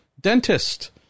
dentist